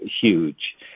huge